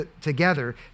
together